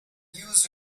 used